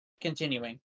continuing